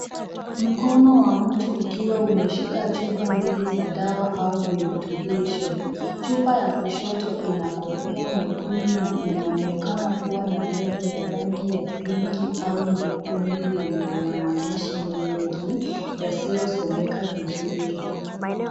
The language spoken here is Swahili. Mkono wa mtu ukiwa umeshika chupa mbili za dawa au virutubishi. Chupa ya kushoto ina kofia nyekundu na inaonekana kuwa na lebo ya rangi ya pinki au nyekundu yenye maandishi mengi yasiyomeka vizuri.